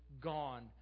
gone